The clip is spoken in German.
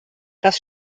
das